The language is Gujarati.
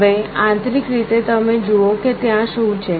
હવે આંતરિક રીતે તમે જુઓ કે ત્યાં શું છે